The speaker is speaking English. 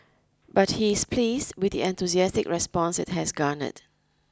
but he is pleased with the enthusiastic response it has garnered